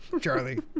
Charlie